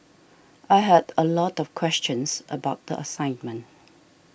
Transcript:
I had a lot of questions about the assignment